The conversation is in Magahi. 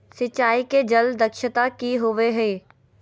सिंचाई के जल दक्षता कि होवय हैय?